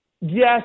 Yes